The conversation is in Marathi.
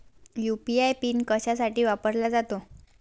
यू.पी.आय पिन कशासाठी वापरला जातो?